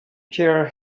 chair